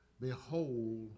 Behold